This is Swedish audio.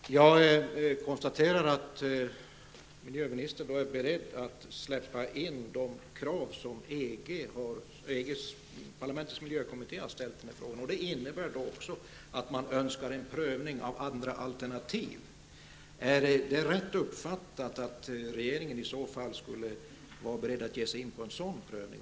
Herr talman! Jag konstaterar att miljöministern är beredd att släppa in de krav som EG-parlamentets miljökommitté har ställt i den här frågan. Det innebär att man också önskar en prövning av andra alternativ. Är det rätt uppfattat att regeringen i så fall skulle vara beredd att ge sig in på en sådan prövning?